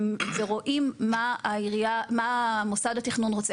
ורואים מה מוסד התכנון רוצה,